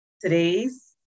Today's